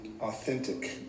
authentic